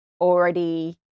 already